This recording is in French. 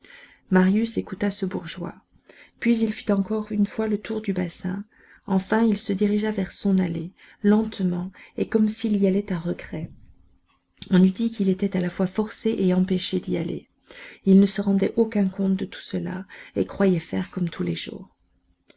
marius écouta ce bourgeois puis il fit encore une fois le tour du bassin enfin il se dirigea vers son allée lentement et comme s'il y allait à regret on eût dit qu'il était à la fois forcé et empêché d'y aller il ne se rendait aucun compte de tout cela et croyait faire comme tous les jours